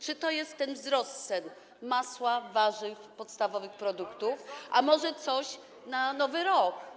Czy to jest ten wzrost cen masła, warzyw, podstawowych produktów, a może coś na Nowy Rok?